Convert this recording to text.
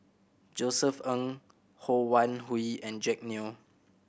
Josef Ng Ho Wan Hui and Jack Neo